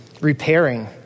repairing